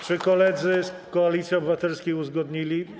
Czy koledzy z Koalicji Obywatelskiej coś uzgodnili?